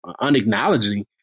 unacknowledging